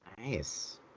Nice